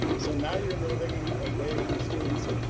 so now you're moving him away from students